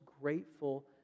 grateful